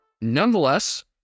nonetheless